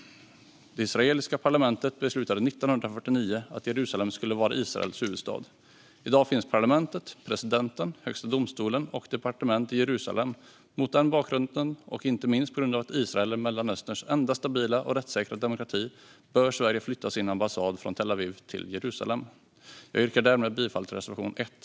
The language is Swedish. Det israeliska parlamentet beslutade 1949 att Jerusalem skulle vara Israels huvudstad. I dag finns parlamentet, presidenten, högsta domstolen och departementen i Jerusalem. Mot den bakgrunden och inte minst på grund av att Israel är Mellanösterns enda stabila och rättssäkra demokrati bör Sverige flytta sin ambassad från Tel Aviv till Jerusalem. Jag yrkar därmed bifall till reservation 1.